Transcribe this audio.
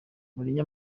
mourinho